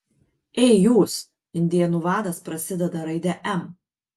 ei jūs indėnų vadas prasideda raide m